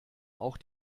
auch